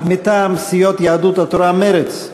מטעם סיעות יהדות התורה ומרצ: